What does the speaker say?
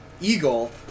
Eagle